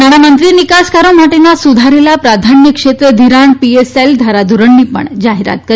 નાણામંત્રીએ નિકાસકારો માટેના સુધારેલા પ્રાધાન્ય ક્ષેત્ર વિરાણ પીએસએલ ધારાધોરણની પણ જાહેરાત કરી